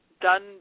done